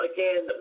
Again